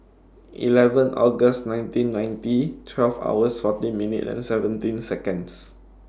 eleven August nineteen ninety twelve hours fourteen minutes and seventeen Seconds